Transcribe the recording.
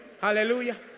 Hallelujah